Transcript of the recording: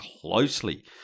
closely